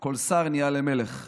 כל שר נהיה למלך.